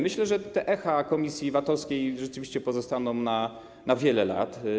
Myślę, że te echa komisji VAT-owskiej rzeczywiście pozostaną na wiele lat.